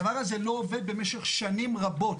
הדבר הזה לא עובד במשך שנים רבות.